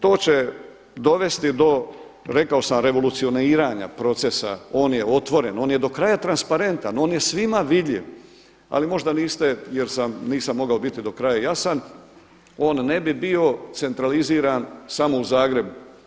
To će dovesti do rekao sam revolucioniranja procesa, on je otvoren, on je do kraja transparentan, on je svima vidljiv, ali možda niste jer nisam mogao biti do kraja jasan, on ne bi bio centraliziran samo u Zagrebu.